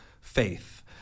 faith